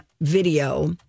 video